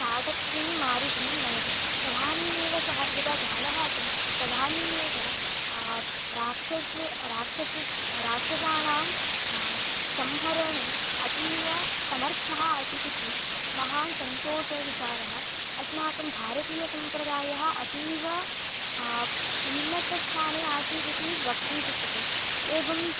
ताटक्यं मारयितुं नयति तदानीमेव सः यदा बालः आसन् तदानीमेव राक्षसे राक्षसस्य राक्षसाणां संहरणे अतीव समर्थः आसीत् इति महान् सन्तोषविचारः अस्माकं भारतीयसम्प्रदायः अतीव उन्नतस्थाने आसीदिति वक्तुं शक्यते एवम्